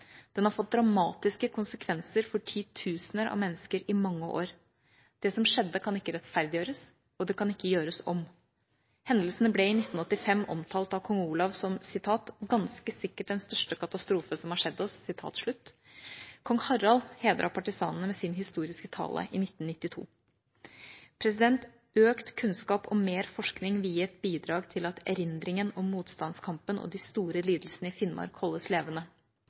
Den har ført til dramatiske konsekvenser for titusener av mennesker i mange år. Det som skjedde, kan ikke rettferdiggjøres og kan ikke gjøres om. Hendelsene ble i 1985 omtalt av Kong Olav som ganske sikkert den største katastrofe som har skjedd oss. Kong Harald hedret partisanene med sin historiske tale i 1992. Økt kunnskap og mer forskning vil gi et bidrag til at erindringen om motstandskampen og de store lidelsene i Finnmark holdes levende.